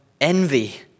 envy